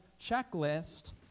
checklist